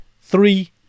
three